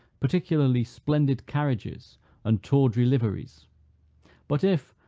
particularly splendid carriages and tawdry liveries but if,